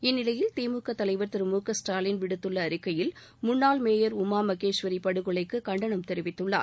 இந்நிலையில் திமுக தலைவர் திரு மு க ஸ்டாலின் விடுத்துள்ள அறிக்கையில் முன்னாள் மேயர் உமாமகேஸ்வரி படுகொலைக்கு கண்டனம் தெரிவித்துள்ளார்